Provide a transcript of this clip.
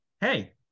Hey